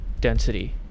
density